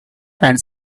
and